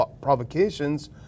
provocations